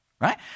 Right